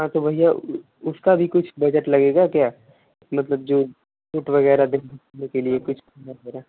हाँ तो भैया उसका भी कुछ बजेट लगेगा क्या मतलब जो वगैरह कुछ